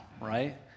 right